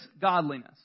godliness